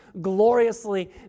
gloriously